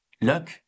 luck